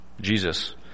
Jesus